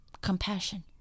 Compassion